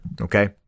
okay